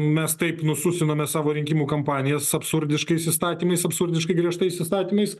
mes taip nususinome savo rinkimų kampanijas absurdiškais įstatymais absurdiškai griežtais įstatymais